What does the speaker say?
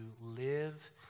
live